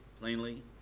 plainly